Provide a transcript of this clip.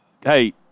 hey